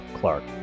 Clark